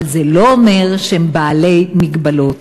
אבל זה לא אומר שהם בעלי מגבלות.